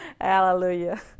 Hallelujah